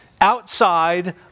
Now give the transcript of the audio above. outside